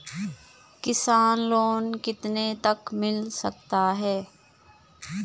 किसान लोंन कितने तक मिल सकता है?